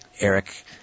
Eric